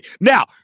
Now